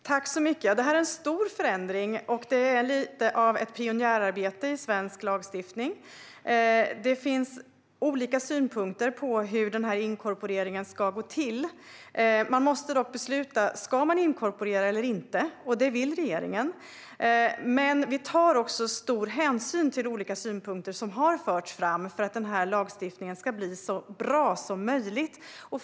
Fru talman! Det här är en stor förändring och lite av ett pionjärarbete i svensk lagstiftning. Det finns olika synpunkter på hur inkorporeringen ska gå till. Man måste besluta om man ska inkorporera eller inte. Det vill regeringen. Men vi tar också stor hänsyn till olika synpunkter som har förts fram för att den här lagstiftningen ska bli så bra som möjligt.